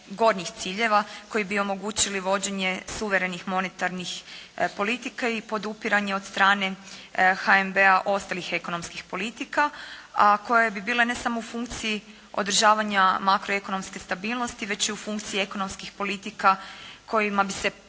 gornjih ciljeva koji bi omogućili vođenje suverenih monetarnih politika i podupiranje od strane HNB-a ostalih ekonomskih politika, a koje bi bile ne samo u funkciji održavanja makroekonomske stabilnosti već i u funkciji ekonomskih politika kojima bi se podupirao